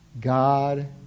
God